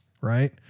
right